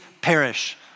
perish